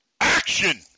Action